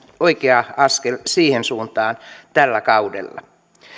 oikea askel siihen suuntaan tällä kaudella